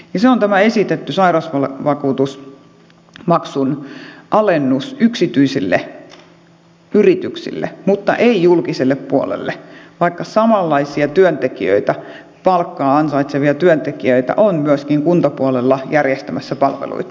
se on tämä esitetty sairausvakuutusmaksun alennus yksityisille yrityksille mutta ei julkiselle puolelle vaikka samanlaisia työntekijöitä palkkaa ansaitsevia työntekijöitä on myöskin kuntapuolella järjestämässä palveluita